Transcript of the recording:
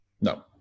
no